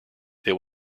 there